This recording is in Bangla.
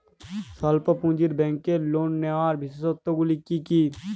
স্বল্প পুঁজির ব্যাংকের লোন নেওয়ার বিশেষত্বগুলি কী কী?